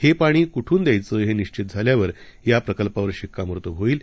हे पाणी कुठून द्यायचं हे निश्वित झाल्यावर या प्रकल्पावर शिक्कामोर्तब होईल